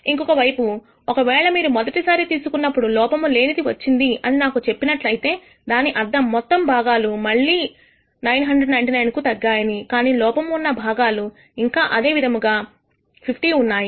ఇంకొకవైపు ఒకవేళ మీరు మొదటిసారి తీసుకున్నప్పుడు లోపము లేనిది వచ్చింది అని నాకు చెప్పినట్లయితే దాని అర్థం మొత్తం భాగాలు మళ్లీ 999 కు తగ్గాయని కానీలోపము ఉన్నా భాగాలు ఇంకా అదే విధముగా 50 ఉన్నాయి